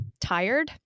tired